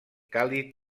càlid